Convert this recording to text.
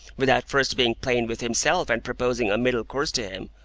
without first being plain with himself and proposing a middle course to him,